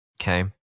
Okay